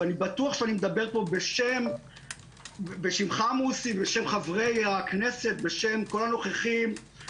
ואני בטוח שאני מדבר פה בשמך מוסי ובשם חברי הכנסת וכל הנוכחים.